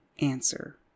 answer